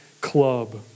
club